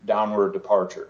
downward departure